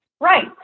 Right